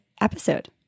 episode